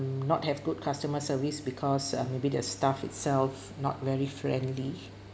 mm not have good customer service because uh maybe their staff itself not very friendly